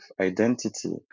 identity